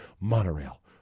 Monorail